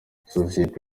sosiyete